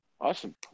Awesome